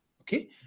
Okay